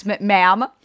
ma'am